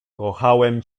kochałem